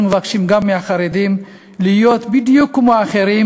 אנחנו מבקשים מהחרדים להיות בדיוק כמו האחרים,